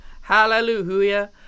hallelujah